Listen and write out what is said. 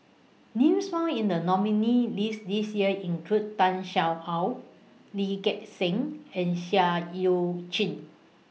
Names found in The nominees' list This Year include Tan Sin Aun Lee Gek Seng and Seah EU Chin